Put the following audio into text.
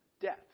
death